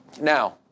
Now